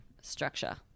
Structure